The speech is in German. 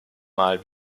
mal